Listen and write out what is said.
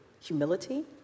humility